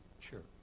Sure